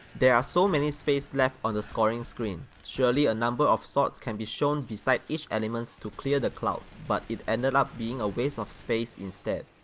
there are so many space left on the scoring screen, surely a number of sorts can be shown beside each elements to clear the clouds but it ended up being a waste of space instead.